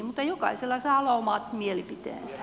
mutta jokaisella saa olla omat mielipiteensä